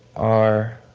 are